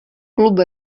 klub